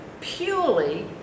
purely